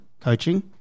coaching